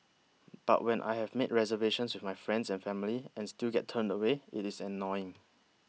but when I have made reservations with my friends and family and still get turned away it is annoying